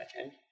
Okay